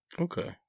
okay